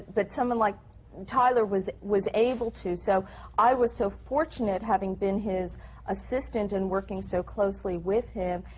but someone like tyler was was able to. so i was so fortunate, having been his assistant and working so closely with him,